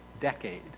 decade